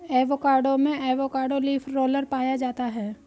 avocado में avocado leaf roller पाया जाता है